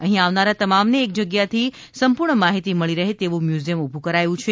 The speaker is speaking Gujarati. અહીં આવનારા તમામને એક જગ્યાથી સંપૂર્ણ માહીતી મળીરહે એવુ મ્યુઝિયમ ઉભું કરાયું છે